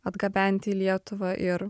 atgabent į lietuvą ir